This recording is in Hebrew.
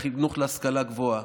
והחינוך להשכלה גבוהה.